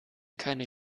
keine